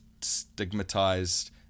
stigmatized